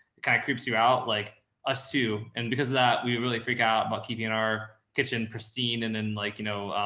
it kind of creeps you out like a su. and because of that, we really freak out about keeping our kitchen pristine and then like, you know,